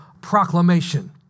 proclamation